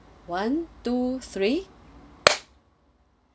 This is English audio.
one two three